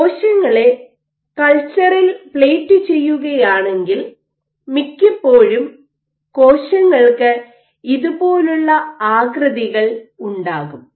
കോശങ്ങളെ കൾച്ചറിൽ പ്ലേറ്റ് ചെയ്യുകയാണെങ്കിൽ മിക്കപ്പോഴും കോശങ്ങൾക്ക് ഇതുപോലുള്ള ആകൃതികൾ ഉണ്ടാകും